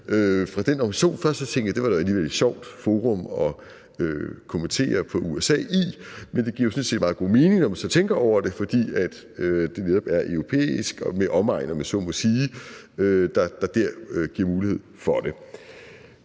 fra den organisation. Først tænkte jeg, at det da alligevel var et sjovt forum at kommentere på USA i, men det giver jo sådan set meget god mening, når man så tænker over det, fordi det netop er europæisk og med en omegn, om jeg så må sige, der dér giver mulighed for det.